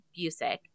Busick